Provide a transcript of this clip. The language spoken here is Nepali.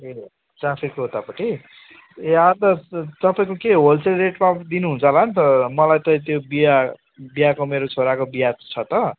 ए ट्राफिकको उत्तापट्टि ए अन्त तपाईँको के होलसेल रेटमा दिनुहुन्छ होला नि त मलाई त त्यो बिहा बिहाको मेरो छोराको बिहा छ त